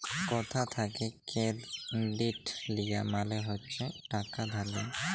কথা থ্যাকে কেরডিট লিয়া মালে হচ্ছে টাকা ধার লিয়া